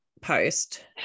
post